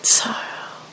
sorrow